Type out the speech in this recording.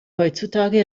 heutzutage